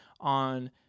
on